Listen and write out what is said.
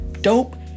dope